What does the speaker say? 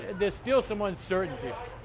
there's still some uncertainty